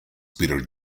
peter